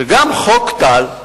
שגם חוק טל,